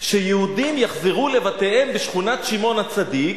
שיהודים יחזרו לבתיהם בשכונת שמעון-הצדיק,